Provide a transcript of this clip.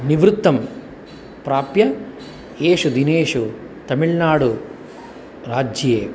निवृत्तं प्राप्य एषु दिनेषु तमिळ्नाडुराज्ये